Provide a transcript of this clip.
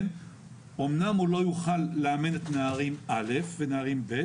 אומנם הוא לא יוכל לאמן את נערים א' ונערים ב',